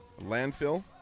landfill